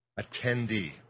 attendee